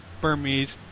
Burmese